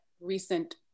recent